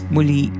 Muli